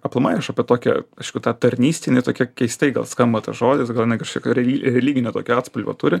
aplamai aš apie tokią aišku ta tarnystė jinai tokia keistai gal skamba tas žodis gal jinai kažkokio reli religinio tokio atspalvio turi